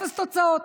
אפס תוצאות.